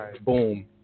boom